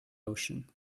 ocean